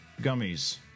gummies